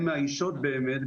שמאיישות באמת,